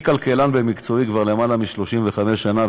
אני כלכלן במקצועי כבר למעלה מ-35 שנה,